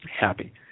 happy